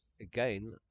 again